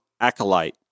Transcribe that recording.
acolyte